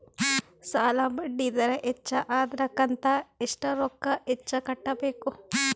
ಸಾಲಾ ಬಡ್ಡಿ ದರ ಹೆಚ್ಚ ಆದ್ರ ಕಂತ ಎಷ್ಟ ರೊಕ್ಕ ಹೆಚ್ಚ ಕಟ್ಟಬೇಕು?